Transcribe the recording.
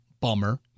Bummer